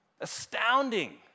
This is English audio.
astounding